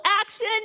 action